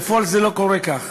בפועל זה לא קורה כך.